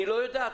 "אני לא יודעת",